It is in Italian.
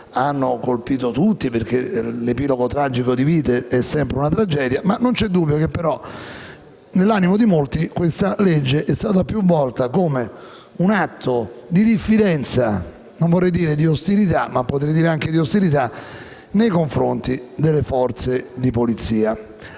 hanno colpito tutti - l'epilogo tragico di vite è sempre una tragedia - non c'è dubbio che nell'animo di molti questa legge è stata più volte letta come un atto di diffidenza, e non vorrei dire di ostilità - ma potrei anche dire di ostilità - nei confronti delle forze di polizia.